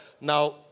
Now